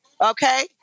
okay